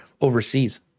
overseas